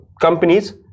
companies